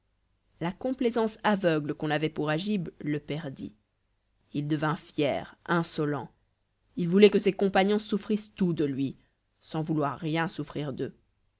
la complaisance aveugle qu'on avait pour agib le perdit il devint fier insolent il voulait que ses compagnons souffrissent tout de lui sans vouloir rien souffrir d'eux